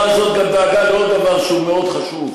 הזאת גם דאגה לעוד דבר שהוא מאוד חשוב,